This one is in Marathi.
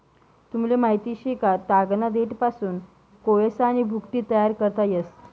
तुमले माहित शे का, तागना देठपासून कोयसानी भुकटी तयार करता येस